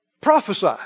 Prophesy